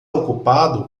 ocupado